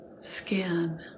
skin